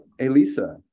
Elisa